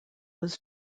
was